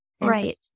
Right